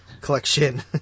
Collection